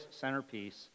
centerpiece